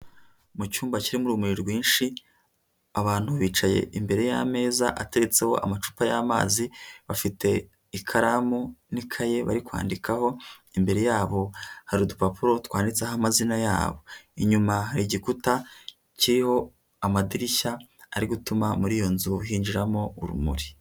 Mu cyumba kirimo urumuri rwinshi, abantu bicaye imbere y'ameza ateretseho amacupa y'amazi bafite ikaramu n'ikaye bari kwandikaho, imbere yabo hari udupapuro twanditseho amazina yabo, inyuma hari igikuta kiriho amadirishya ari gutuma muri iyo nzu hinjiramo urumuri.